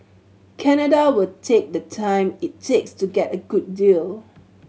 Canada will take the time it takes to get a good deal